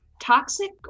toxic